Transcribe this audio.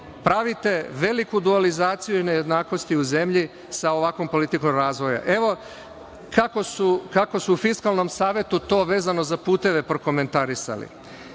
voze. Pravite veliku dualizaciju i nejednakosti u zemlji sa ovakvom politikom razvoja. Evo kako su u Fiskalnom savetu to vezano za puteve prokomentarisali.